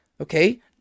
okay